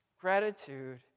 Gratitude